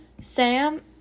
Sam